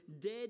dead